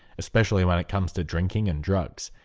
especially when it comes to drinking and drugs.